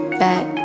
back